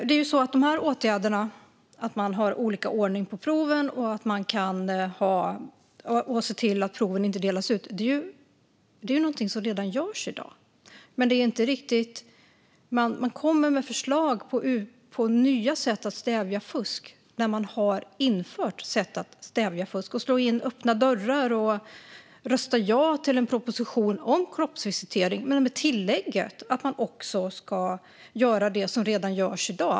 Fru talman! Att det är olika ordning i proven och att proven inte delas ut i förväg är någonting som redan görs i dag. Men man kommer med förslag om nya sätt att stävja fusk när det redan har införts sätt att stävja fusk. Man slår in öppna dörrar och röstar ja till en proposition om kroppsvisitering med tillägget att man också ska göra det som redan görs i dag.